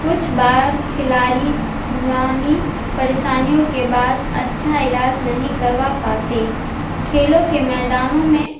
کچھ بار کھلاڑی والی پریشانیوں کے باعث اچھا علاج نہیں کروا پاتے کھیلوں کے میدانوں میں